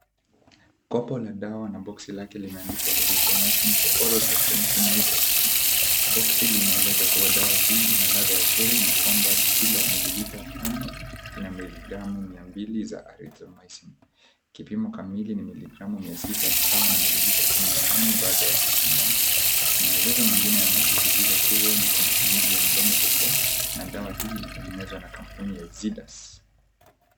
Kopo la dawa na boksi lake limeandikwa Azitromytis for Oral Suspension USP. Boksi linaeleza kua dawa hii ina ladha ya cheri na kwamba kila mililita tano ina miligramu mia mbili za Arithromaiti. Kipimo kamili ni milligramu mia sita sawa na mililita kumi na tano baada ya kuchanganya. Maelezo mengine yanasisitiza kua ni kwa matumizi ya mdomo pekee na dawa hii inatengezwa na kampuni ya Zidas.